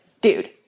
dude